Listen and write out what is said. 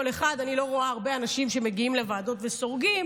אני לא רואה הרבה אנשים שמגיעים לוועדות וסורגים,